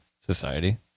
society